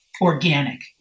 organic